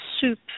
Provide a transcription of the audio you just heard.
soup